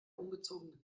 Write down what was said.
ungezogene